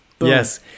Yes